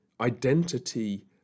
identity